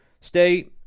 stay